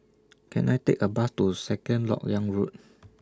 Can I Take A Bus to Second Lok Yang Road